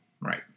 Right